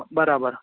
બરાબર